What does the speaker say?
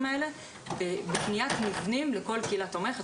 האלה בקניית מבנים לכל קהילה תומכת,